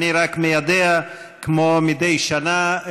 אני רק מיידע: כמו מדי שנה,